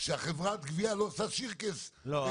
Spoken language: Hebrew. בעבר כשהיה מגיע גובה לבית של מישהו או מדבר בטלפון ובצד